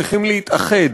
צריכים להתאחד